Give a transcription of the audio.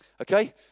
Okay